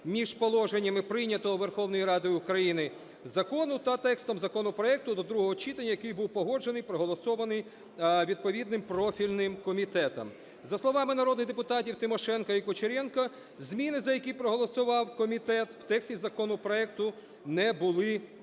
між положеннями прийнятого Верховною Радою України закону та текстом законопроекту до другого читання, який був погоджений, проголосований відповідним профільним комітетом. За словами народних депутатів Тимошенко і Кучеренка, зміни, за які проголосував комітет, в тексті законопроекту не були повністю